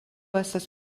estas